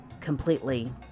completely